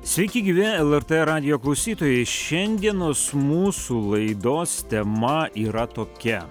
sveiki gyvi lrt radijo klausytojai šiandienos mūsų laidos tema yra tokia